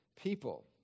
people